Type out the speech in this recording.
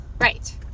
Right